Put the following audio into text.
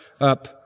up